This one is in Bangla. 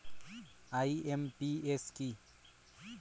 আই.এম.পি.এস কি?